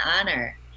honor